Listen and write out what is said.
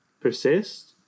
persist